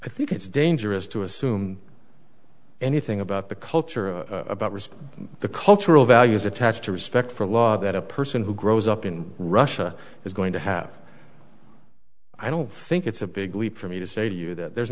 i think it's dangerous to assume anything about the culture or about respect the cultural values attached to respect for law that a person who grows up in russia is going to have i don't think it's a big leap for me to say to you that there's